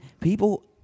people